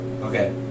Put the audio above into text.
Okay